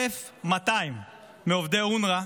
1,200 מעובדי אונר"א,